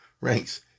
ranks